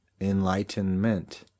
enlightenment